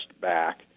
back